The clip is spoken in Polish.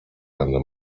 będę